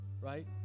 right